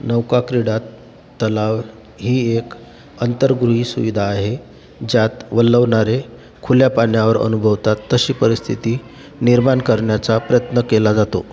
नौकाक्रीडा तलाव ही एक अंतर्गेही सुविधा आहे ज्यात वल्हवणारे खुल्या पाण्यावर अनुभवतात तशी परिस्थिती निर्माण करण्याचा प्रयत्न केला जातो